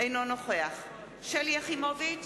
אינו נוכח שלי יחימוביץ,